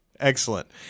Excellent